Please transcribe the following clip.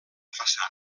façana